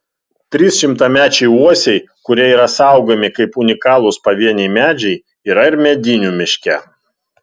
trys šimtamečiai uosiai kurie yra saugomi kaip unikalūs pavieniai medžiai yra ir medinių miške